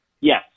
Yes